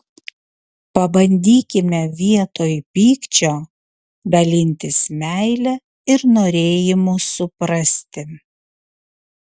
pabandykime vietoj pykčio dalintis meile ir norėjimu suprasti